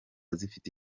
zifite